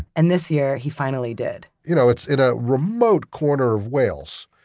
and this year, he finally did. you know, it's in a remote corner of wales.